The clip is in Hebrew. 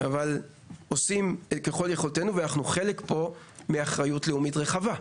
אבל אנחנו עושים כל שביכולתנו ואנחנו חלק מאחריות לאומית רחבה.